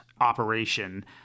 operation